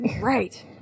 Right